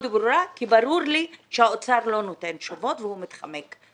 ברורה כי ברור לי שהאוצר לא נותן תשובות והוא מתחמק.